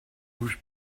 whose